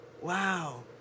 wow